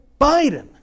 Biden